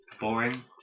boring